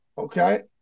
Okay